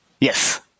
Yes